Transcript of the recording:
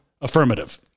affirmative